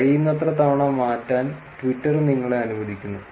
കഴിയുന്നത്ര തവണ മാറ്റാൻ ട്വിറ്റർ നിങ്ങളെ അനുവദിക്കുന്നു